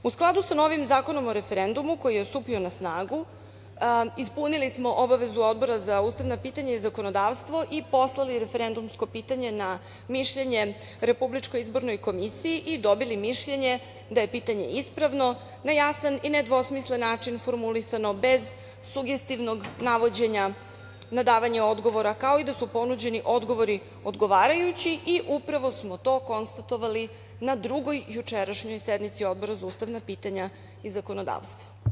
U skladu sa novim Zakonom o referendumu koji je stupio na snagu, ispunili smo obavezu Odbora za ustavna pitanja i zakonodavstvo i poslali referendumsko pitanje na mišljenje RIK i dobili mišljenje da je pitanje ispravno na jasan i nedvosmislen način formulisano, bez sugestivnog navođenja na davanje odgovora, kao i da su ponuđeni odgovori odgovarajući i upravo smo to konstatovali na drugoj jučerašnjoj sednici Odbora za ustavna pitanja i zakonodavstvo.